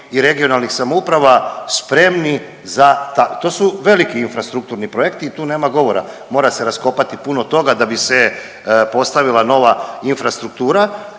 i regionalnih samouprava spremni za ta, to su veliki infrastrukturni projekti i tu nema govora, mora se raskopati puno toga da bi se postavila nova infrastruktura